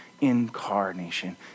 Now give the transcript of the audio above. incarnation